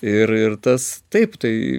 ir ir tas taip tai